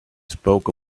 spoke